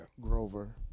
Grover